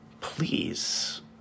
please